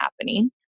happening